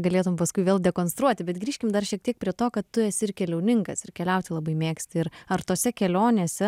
galėtum paskui vėl dekonstruoti bet grįžkime dar šiek tiek prie to kad tu esi ir keliauninkas ir keliauti labai mėgsti ir ar tose kelionėse